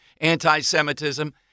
anti-Semitism